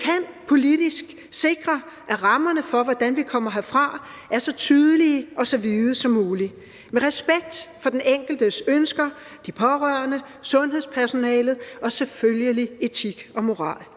vi kan politisk sikre, at rammerne for, hvordan vi kommer herfra, er så tydelige og så vide som muligt, med respekt for den enkeltes ønsker, de pårørende, sundhedspersonalet og selvfølgelig etik og moral.